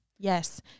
Yes